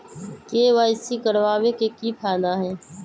KYC करवाबे के कि फायदा है?